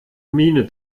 miene